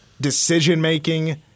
decision-making